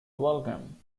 welcome